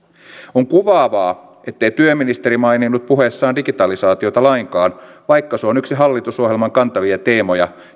on kuvaavaa ettei työministeri maininnut puheessaan digitalisaatiota lainkaan vaikka se on yksi hallitusohjelman kantavia teemoja